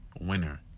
winner